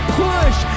push